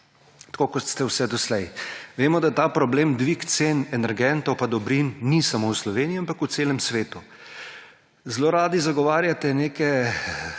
tako kot ste vse doslej. Vemo, da ta problem dviga cen energentov in dobrin ni samo v Sloveniji, ampak v celem svetu. Zelo radi zagovarjate neke